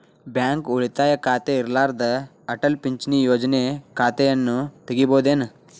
Bank ಉಳಿತಾಯ ಖಾತೆ ಇರ್ಲಾರ್ದ ಅಟಲ್ ಪಿಂಚಣಿ ಯೋಜನೆ ಖಾತೆಯನ್ನು ತೆಗಿಬಹುದೇನು?